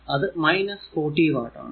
അത് 40 വാട്ട് ആണ്